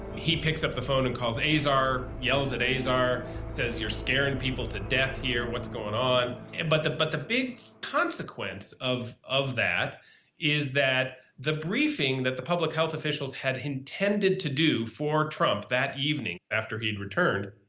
he picks up the phone and calls azar, yells at azar, says, you're scaring people to death here. what's going on? and but the, but the big consequence of, of that is that the briefing that the public health officials had intended to do for trump, that evening after he had returned,